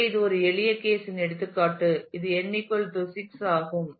எனவே இது ஒரு எளிய கேஸ் இன் எடுத்துக்காட்டு இது n 6 ஆகும்